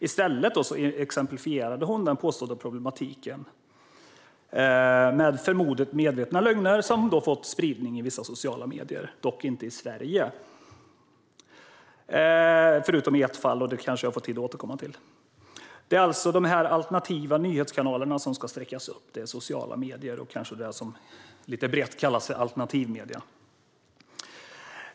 I stället exemplifierade hon den påstådda problematiken med förmodat medvetna lögner som fått spridning i vissa sociala medier, dock inte i Sverige - förutom i ett fall, och det kanske jag får tid att återkomma till. Det är alltså de alternativa nyhetskanalerna som ska sträckas upp - sociala medier och det som lite brett kallas för alternativa medier.